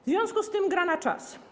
W związku z tym gra na czas.